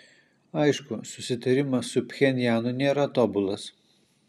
aišku susitarimas su pchenjanu nėra tobulas